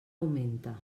augmenta